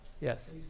yes